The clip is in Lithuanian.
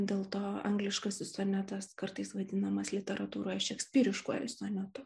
dėl to angliškasis sonetas kartais vadinamas literatūroje šekspyriškuoju sonetu